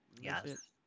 Yes